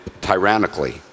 tyrannically